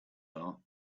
are